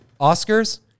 Oscars